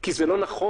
כי זה לא נכון,